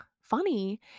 funny